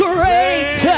Great